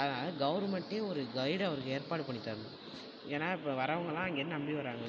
அதனால் கவர்மெண்டே ஒரு கைடை அவங்களுக்கு ஏற்பாடு பண்ணி தரணும் ஏன்னா இப்போ வர்றவங்கெல்லாம் அங்கேர்ந்து நம்பி வராங்க